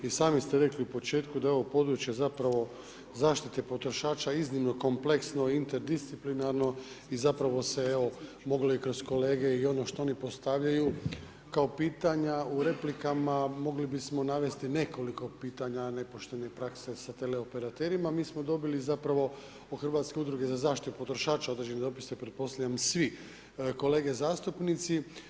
I sami ste rekli u početku da je ovo područje zapravo zaštite potrošača iznimno kompleksno, interdisciplinarno i zapravo se moglo kroz kolege i ono što oni postavljaju kao pitanja u replikama mogli bismo navesti nekoliko pitanja nepoštene prakse sa tele operaterima, mi smo dobili zapravo u hrvatske udruge za zaštitu potrošača određene dopise, pretpostavljam svi kolege zastupnici.